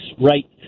right